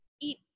eat